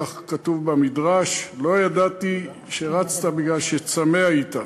כך כתוב במדרש: לא ידעתי שרצת מפני שצמא היית.